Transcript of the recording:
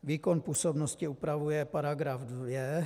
Výkon působnosti upravuje § 2.